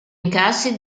incassi